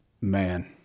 Man